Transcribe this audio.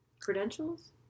credentials